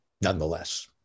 nonetheless